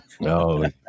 No